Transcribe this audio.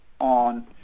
on